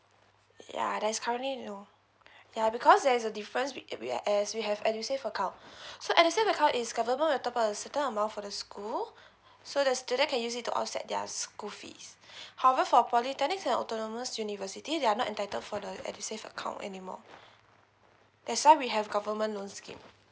ya that's currently no ya because there's a difference we we as we have edusave account so edusave account is government will top a certain amount for the school so the students can use it to offset their school fees however for polytechnic held autonomous university they are not entitled for the edusave account anymore that's why we have government loan scheme